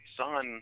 son